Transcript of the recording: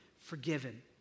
forgiven